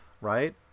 right